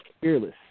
fearless